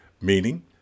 meaning